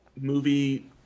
movie